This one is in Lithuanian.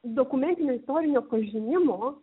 dokumentinio istorinio pažinimo